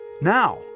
Now